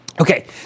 Okay